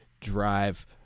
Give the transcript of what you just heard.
drive